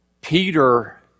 Peter